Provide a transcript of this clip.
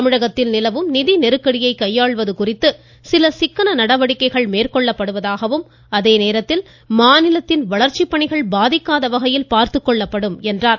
தமிழகத்தில் நிலவும் நிதி நெருக்கடியை கையாளுவது குறித்து சில சிக்கன நடவடிக்கைகள் மேற்கொள்ளப்படுவதாகவும் அதேநேரத்தில் மாநிலத்தின் வளர்ச்சி பணிகள் பாதிக்காத வகையில் பார்த்துக் கொள்ளப்படும் என்றார்